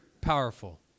powerful